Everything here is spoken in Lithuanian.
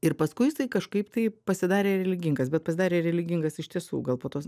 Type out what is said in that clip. ir paskui jisai kažkaip tai pasidarė religingas bet pasidarė religingas iš tiesų gal po tos